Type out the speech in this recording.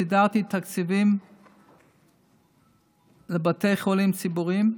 סידרתי תקציבים לבתי חולים ציבוריים,